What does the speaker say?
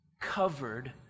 Covered